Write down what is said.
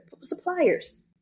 Suppliers